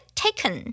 taken